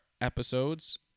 episodes